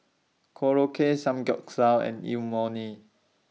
Korokke Samgeyopsal and Imoni